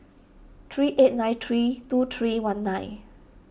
three eight nine three two three one nine